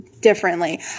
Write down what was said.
differently